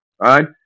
right